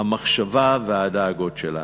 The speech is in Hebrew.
המחשבה והדאגות שלנו.